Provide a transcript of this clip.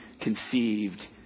conceived